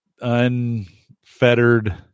Unfettered